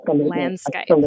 landscape